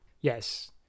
Yes